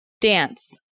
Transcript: Dance